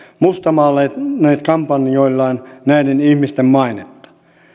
mustamaalanneet kampanjoillaan näiden ihmisten mainetta